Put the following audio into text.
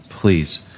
please